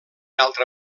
altra